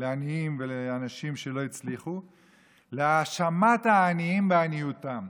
לעניים ולאנשים שלא הצליחו להאשמת העניים בעניותם.